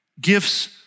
gifts